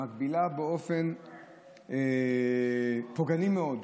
מגבילה באופן פוגעני מאוד.